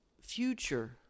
future